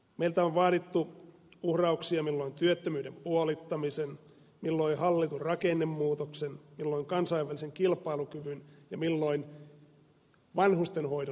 meiltä on vaadittu uhrauksia milloin työttömyyden puolittamisen milloin hallitun rakennemuutoksen milloin kansainvälisen kilpailukyvyn ja milloin vanhustenhoidon turvaamiseksi